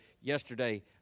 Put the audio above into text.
yesterday